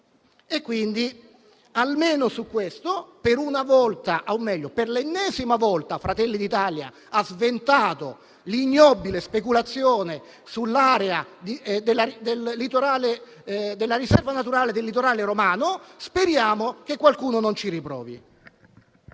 Pertanto, almeno su questo per l'ennesima volta Fratelli d'Italia ha sventato un'ignobile speculazione sull'area della riserva naturale del litorale romano. Speriamo che qualcuno non ci riprovi.